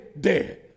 dead